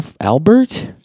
Albert